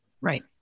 Right